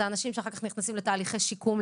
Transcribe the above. זה אנשים שאחר כך נכנסים לתהליכי שיקום.